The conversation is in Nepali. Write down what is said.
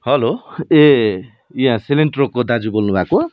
हेलो ए यहाँ सेलेन्ट्रोको दाजु बोल्नु भएको